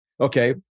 Okay